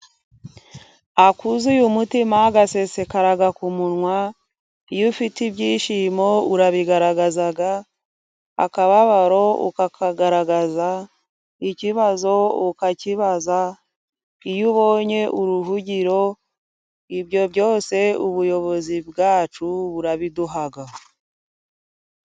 Akuzuye umutima gasesekara ku munywa. Iyo ufite ibyishimo urabigaragaza, akababaro ukakagaragaza, ikibazo ukakibaza. Iyo ubonye uruvugiro ibyo byose ubuyobozi bwacu burabiduha.